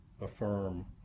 affirm